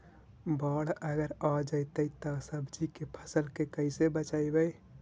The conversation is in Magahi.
बाढ़ अगर आ जैतै त सब्जी के फ़सल के कैसे बचइबै?